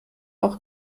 auch